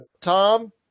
Tom